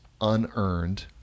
unearned